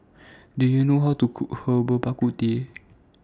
Do YOU know How to Cook Herbal Bak Ku Teh